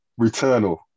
Returnal